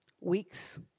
Weeks